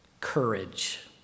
courage